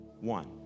one